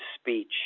speech